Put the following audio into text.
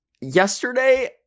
yesterday